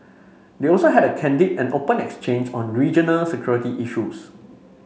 they also had a candid and open exchange on regional security issues